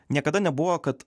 niekada nebuvo kad